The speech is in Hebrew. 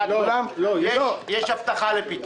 יש הבטחה לפתרון.